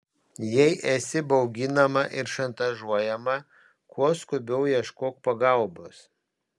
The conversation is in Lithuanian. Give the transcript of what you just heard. jei esi bauginama ir šantažuojama kuo skubiau ieškok pagalbos